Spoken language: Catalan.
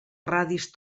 radis